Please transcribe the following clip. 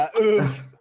oof